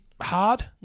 hard